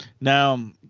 now